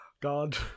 God